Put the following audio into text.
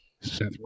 seth